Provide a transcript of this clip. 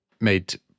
made